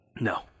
No